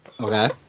Okay